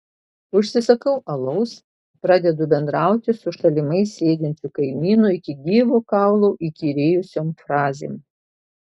užsisakau alaus pradedu bendrauti su šalimais sėdinčiu kaimynu iki gyvo kaulo įkyrėjusiom frazėm